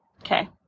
okay